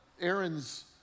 Aaron's